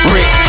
Rick